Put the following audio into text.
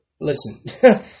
listen